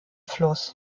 fluss